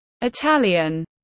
Italian